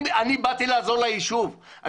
אני באתי לעזור ליישוב,